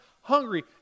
hungry